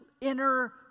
inner